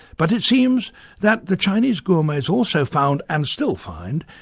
but it seems that the chinese gourmets also found, and still find,